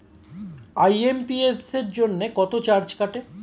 IMPS জন্য কত charge কাটে?